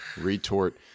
Retort